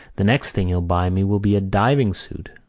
the next thing he'll buy me will be a diving suit.